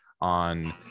on